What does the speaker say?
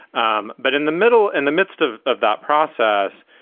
um but in the middle, in the midst of of that process,